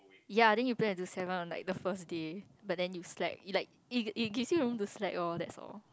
ya then you plan to do seven on like the first day but then you slack it like it it gives you room to slack loh that's all